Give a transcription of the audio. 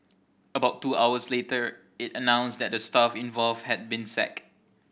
about two hours later it announced that the staff involved had been sacked